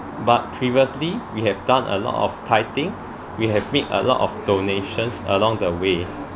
but previously we have done a lot of we have made a lot of donations along the way